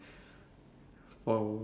for